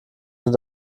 sind